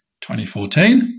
2014